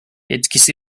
etkisi